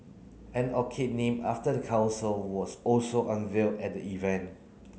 an orchid named after the council was also unveiled at the event